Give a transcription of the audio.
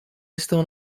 estão